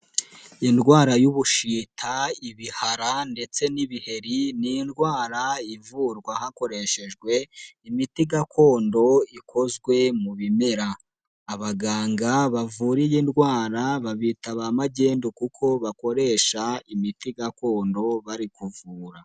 Indwara y'ubushita, ibihara ndetse n'ibiheri ni indwara ivurwa hakoreshejwe imiti gakondo ikozwe mu bimera. Abaganga bavura iyi ndwara babita ba magendu kuko bakoresha imiti gakondo bari kuvura.